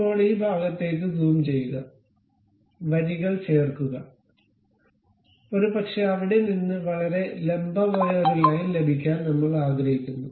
ഇപ്പോൾ ഈ ഭാഗത്തേക്ക് സൂം ചെയ്യുക വരികൾ ചേർക്കുക ഒരുപക്ഷേ അവിടെ നിന്ന് വളരെ ലംബമായ ഒരു ലൈൻ ലഭിക്കാൻ നമ്മൾ ആഗ്രഹിക്കുന്നു